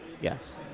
Yes